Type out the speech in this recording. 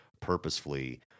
purposefully